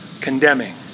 condemning